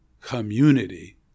community